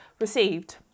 received